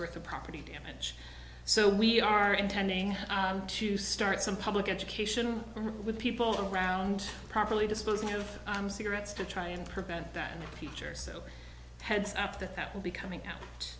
worth of property damage so we are intending to start some public education with people around properly disposing of cigarettes to try and prevent that teacher so heads up that that will be coming